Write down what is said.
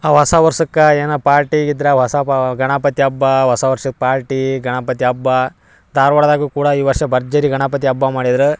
ಹೊಸ ವರ್ಷಕ್ಕೆ ಏನು ಪಾರ್ಟಿ ಇದ್ರೆ ಹೊಸ ಪಾ ಗಣಪತಿ ಹಬ್ಬ ಹೊಸ ವರ್ಷಕ್ಕೆ ಪಾರ್ಟಿ ಗಣಪತಿ ಹಬ್ಬ ಧಾರ್ವಾಡ್ದಾಗು ಕೂಡ ಈ ವರ್ಷ ಭರ್ಜರಿ ಗಣಪತಿ ಹಬ್ಬ ಮಾಡಿದ್ದರು